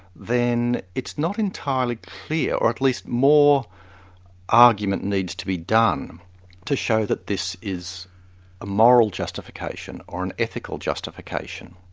then it's not entirely clear, or at least more argument needs to be done to show that this is a moral justification or an ethical justification.